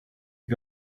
you